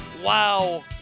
Wow